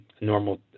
normal